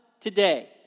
today